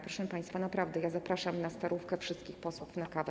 Proszę państwa, naprawdę, ja zapraszam na Starówkę wszystkich posłów na kawę.